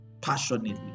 passionately